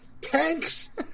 tanks